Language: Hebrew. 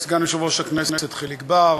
סגן יושב-ראש הכנסת חיליק בר,